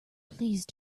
please